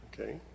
Okay